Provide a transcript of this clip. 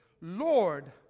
Lord